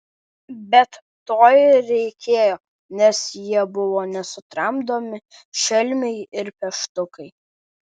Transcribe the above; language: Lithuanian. bet to ir reikėjo nes jie buvo nesutramdomi šelmiai ir peštukai